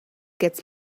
gets